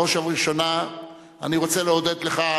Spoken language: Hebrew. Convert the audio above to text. בראש ובראשונה אני רוצה להודות לך,